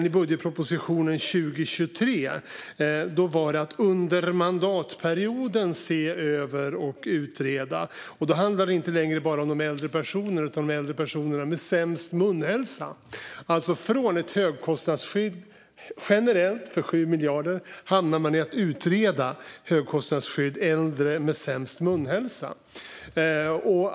I budgetpropositionen för 2023 skulle man under mandatperioden se över och utreda, och då handlade det inte längre om alla äldre personer utan de äldre personer som har sämst munhälsa. Från ett generellt högkostnadsskydd för 7 miljarder har man alltså hamnat i att utreda ett högkostnadsskydd för de äldre som har sämst munhälsa.